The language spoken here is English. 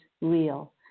real